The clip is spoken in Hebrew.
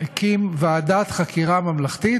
הקים ועדת חקירה ממלכתית,